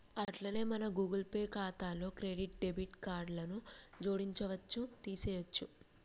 అట్లనే మన Google Pay ఖాతాలో క్రెడిట్ డెబిట్ కార్డులను జోడించవచ్చు తీసేయొచ్చు